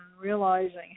realizing